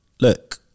Look